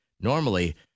normally